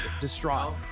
distraught